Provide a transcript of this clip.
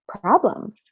problem